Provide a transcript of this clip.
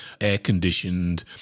air-conditioned